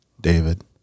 David